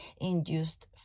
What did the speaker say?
induced